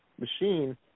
machine